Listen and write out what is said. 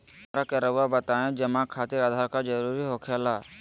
हमरा के रहुआ बताएं जमा खातिर आधार कार्ड जरूरी हो खेला?